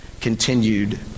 continued